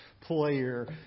player